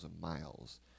miles